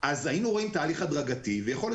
היינו רואים תהליך הדרגתי ויכול להיות